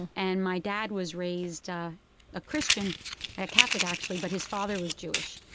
and my dad was raised a christian a catholic actually, but his father was jewish.